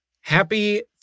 Happy